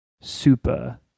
super